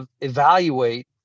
evaluate